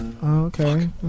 Okay